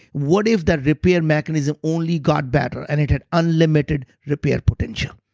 what if that repair mechanism only got better and it had unlimited repair potential.